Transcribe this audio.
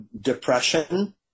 depression